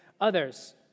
others